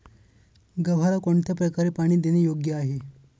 गव्हाला कोणत्या प्रकारे पाणी देणे योग्य आहे?